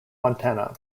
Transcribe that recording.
montana